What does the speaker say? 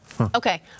Okay